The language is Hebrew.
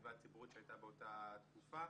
הסביבה הציבורית שהייתה באותה תקופה